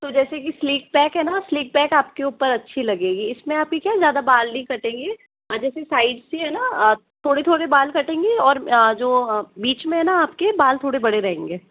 तो जैसे कि स्लीक पैक है ना स्लीक पैक आपके ऊपर अच्छी लगेगी इसमें आपके क्या ज़्यादा बाल नहीं कटेंगे जैसे साइड से हैं ना थोड़े थोड़े बाल कटेंगे और जो बीच में हैं ना आपके बाल थोड़े बड़े रहेंगे